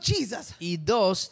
Jesus